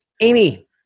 Amy